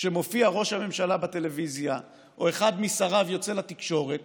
שמופיע ראש הממשלה בטלוויזיה או אחד משריו יוצא לתקשורת